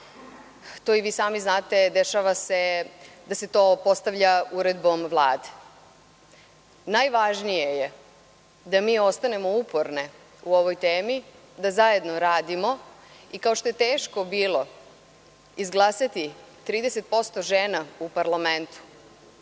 to i vi sami znate dešava se da se to postavlja uredbom Vlade. Najvažnije je da mi ostanemo uporne u ovoj temi, da zajedno radimo i kao što je teško bilo izglasati 30% žena u Parlamentu,